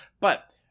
But-